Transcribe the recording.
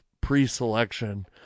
pre-selection